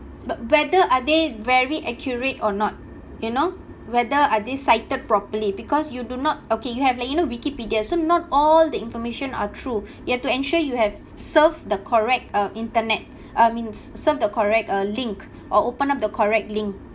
but whether are they very accurate or not you know whether are these cited properly because you do not okay you have like you know wikipedia so not all the information are true you have to ensure you have served the correct uh internet uh means serve the correct uh link or open up the correct link